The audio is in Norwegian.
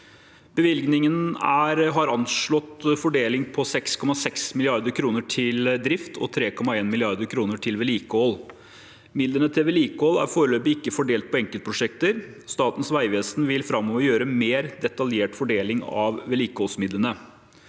Bevilgningen har en anslått fordeling på 6,6 mrd. kr til drift og 3,1 mrd. kr til vedlikehold. Midlene til vedlikehold er foreløpig ikke fordelt på enkeltprosjekter. Statens vegvesen vil framover gjøre en mer detaljert fordeling av vedlikeholdsmidlene.